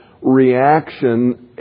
reaction